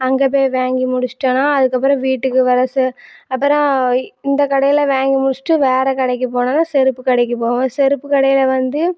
அங்கே போய் வாங்கி முடிச்சிட்டனா அதுக்கு அப்புறம் வீட்டுக்கு வர செ அப்புறம் இந்த கடையில் வாங்கி முடிச்சுட்டு வேறு கடைக்கு போனம்னா செருப்பு கடைக்கு போவேன் செருப்பு கடையில் வந்து